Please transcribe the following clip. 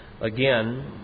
again